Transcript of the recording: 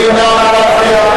נא להצביע.